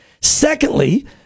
Secondly